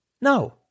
No